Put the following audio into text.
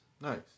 Nice